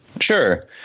Sure